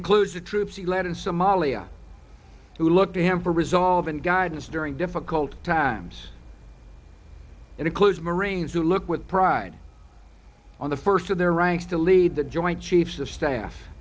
includes the troops he led in somalia who look to him for resolve and guidance during difficult times and a close marines who look with pride on the first of their ranks to lead the joint chiefs of staff